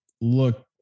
look